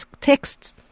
texts